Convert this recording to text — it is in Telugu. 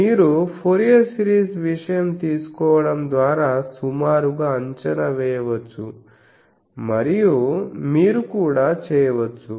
మీరు ఫోరియర్ సిరీస్ విషయం తీసుకోవడం ద్వారా సుమారుగా అంచనా వేయవచ్చు మరియు మీరు కూడా చేయవచ్చు